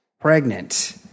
pregnant